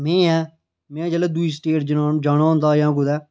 में आं में जेल्लै कुतै दूई स्टेट च जाना होंदा कुतै